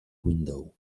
window